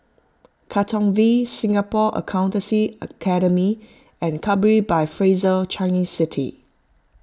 Katong V Singapore Accountancy Academy and Capri by Fraser Changi City